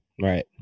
Right